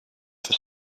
for